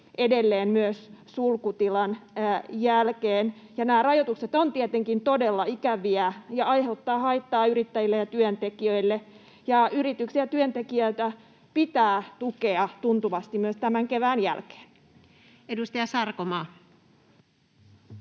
edelleen myös sulkutilan jälkeen. Nämä rajoitukset ovat tietenkin todella ikäviä ja aiheuttavat haittaa yrittäjille ja työntekijöille. Yrityksiä ja työntekijöitä pitää tukea tuntuvasti myös tämän kevään jälkeen. Mikrofoni,